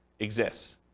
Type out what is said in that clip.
exists